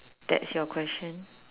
that's your question